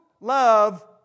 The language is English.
love